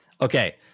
Okay